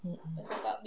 mmhmm